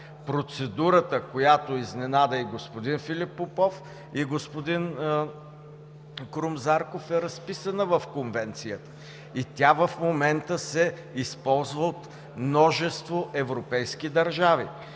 Процедурата, която изненада и господин Филип Попов, и господин Крум Зарков, е разписана в Конвенцията и тя в момента се използва от множество европейски държави.